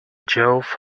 jove